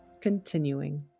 continuing